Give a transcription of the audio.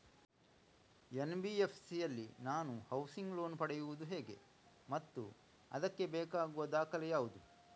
NBFC ಯಲ್ಲಿ ನಾನು housing loan ಪಡೆಯುದು ಹೇಗೆ ಮತ್ತು ಅದಕ್ಕೆ ಬೇಕಾಗುವ ದಾಖಲೆ ಯಾವುದು?